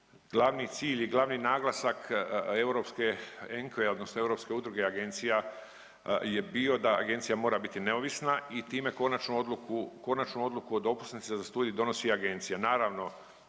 Glavni cilj i glavni naglasak europske ENQA-e odnosno Europske udruge agencija je bio da agencija mora biti neovisna i time konačnu odluku o dopusnici za studij donosi agencija.